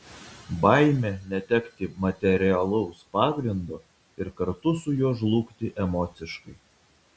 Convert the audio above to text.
baimė netekti materialaus pagrindo ir kartu su juo žlugti emociškai